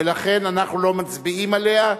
ולכן אנחנו לא מצביעים עליה,